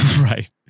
Right